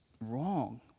wrong